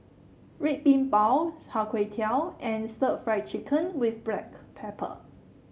Red Bean Bao Chai Tow Kway and Stir Fried Chicken with Black Pepper